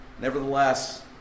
Nevertheless